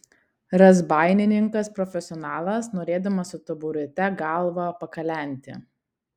razbaininkas profesionalas norėdamas su taburete galvą pakalenti